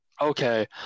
Okay